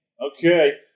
Okay